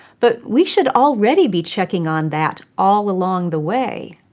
but we should already be checking on that all along the way.